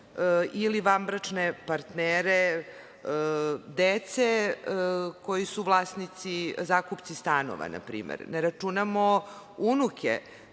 ili vanbračne partnere, dece koji su vlasnici, zakupci stanova. Ne računamo unuke